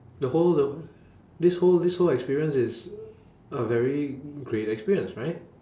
the whole the who~ this whole this whole experience is a very great experience right